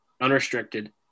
unrestricted